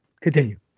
continue